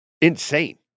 insane